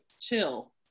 chill